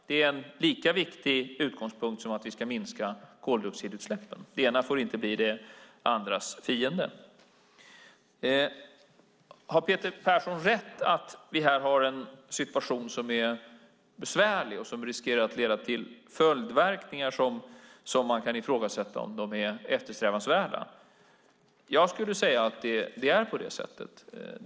Det är en lika viktig utgångspunkt som att vi ska minska koldioxidutsläppen. Det ena får inte bli det andras fiende. Har Peter Persson rätt i att vi här har en situation som är besvärlig och riskerar att leda till följdverkningar som man kan ifrågasätta om de är eftersträvansvärda? Jag skulle säga att det är på det sättet.